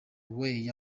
way